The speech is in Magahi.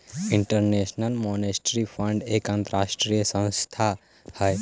इंटरनेशनल मॉनेटरी फंड एक अंतरराष्ट्रीय वित्तीय संस्थान हई